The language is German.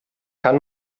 kann